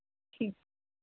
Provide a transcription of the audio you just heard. ਠੀ